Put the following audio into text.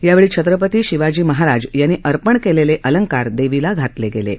यावेळी छत्रपती शिवाजी महाराज यांनी अर्पण केलेले अलंकार देवीला घातले गेले आहेत